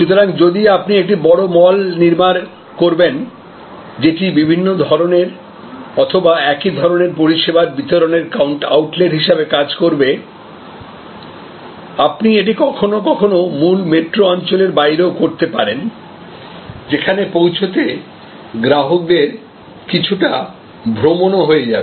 সুতরাং যদি আপনি একটি বড় মল নির্মাণ করবেন যেটি বিভিন্ন ধরণের অথবা একই ধরনের পরিষেবার বিতরণের আউটলেট হিসাবে কাজ করবে আপনি এটি কখনও কখনও মূল মেট্রো অঞ্চলের বাইরেও করতে পারেন যেখানে পৌঁছতে গ্রাহকদের কিছুটা ভ্রমণও হয়ে যাবে